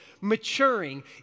maturing